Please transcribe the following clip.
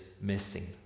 missing